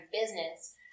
business